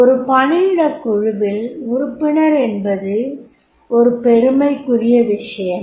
ஒரு பணியிடக்குழுவில் உறுப்பினர் என்பதும் ஒரு பெருமைக்குறிய விஷயமே